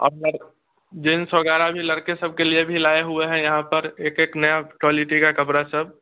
अब जींस वगैरह भी लड़के सबके लिए भी लाए हुए हैं यहाँ पर एक एक नया क्वालिटी का कपड़ा सब